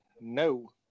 no